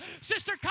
Sister